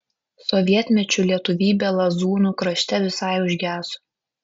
sovietmečiu lietuvybė lazūnų krašte visai užgeso